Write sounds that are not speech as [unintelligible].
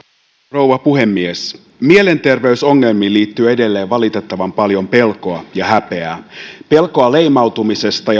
rouva puhemies mielenterveysongelmiin liittyy edelleen valitettavan paljon pelkoa ja häpeää pelkoa leimautumisesta [unintelligible]